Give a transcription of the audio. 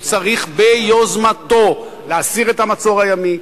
הוא צריך ביוזמתו להסיר את המצור הימי,